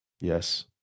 Yes